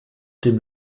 dem